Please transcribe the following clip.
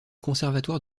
conservatoire